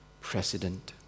president